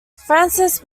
francis